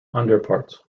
underparts